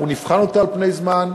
אנחנו נבחן אותה על פני זמן,